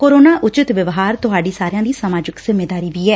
corona ਉਚਿਤ ਵਿਵਹਾਰ ਤੁਹਾਡੀ ਸਮਾਜਿਕ ਜਿੰਮੇਵਾਰੀ ਵੀ ਐ